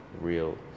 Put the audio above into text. real